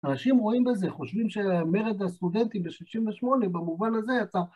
אנשים רואים בזה, חושבים שמרד הסטודנטים ב-68' במובן הזה יצא.